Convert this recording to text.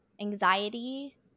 anxiety